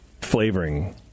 flavoring